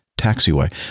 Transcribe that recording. taxiway